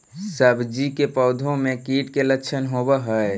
सब्जी के पौधो मे कीट के लच्छन होबहय?